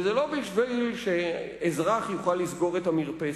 וזה לא בשביל שאזרח יוכל לסגור את המרפסת.